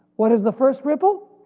what is the first ripple?